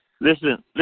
Listen